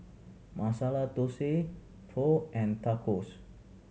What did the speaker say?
Masala Dosa Pho and Tacos